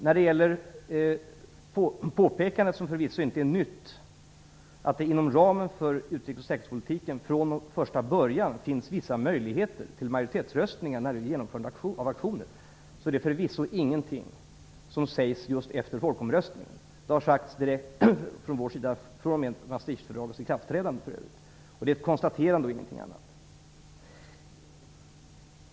När det gäller påpekandet, som förvisso inte är nytt, att det inom ramen för utrikes och säkerhetspolitiken från första början finns vissa möjligheter till majoritetsröstningar om genomförandet av aktioner, är det förvisso ingenting som sägs just efter folkomröstningen. Det sades från vår sida direkt efter Maastrichtfördragets ikraftträdande. Det är ett konstaterande, ingenting annat.